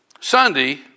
Sunday